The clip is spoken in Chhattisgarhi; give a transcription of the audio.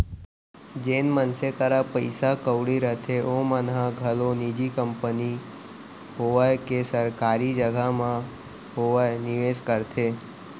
जेन मनसे करा पइसा कउड़ी रथे ओमन ह घलौ निजी कंपनी होवय के सरकारी जघा म होवय निवेस करथे